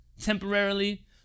temporarily